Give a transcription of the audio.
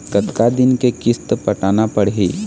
कतका दिन के किस्त पटाना पड़ही?